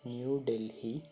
new Delhi